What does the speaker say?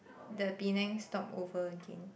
the Penang stop over again